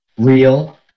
Real